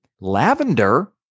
lavender